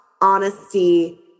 honesty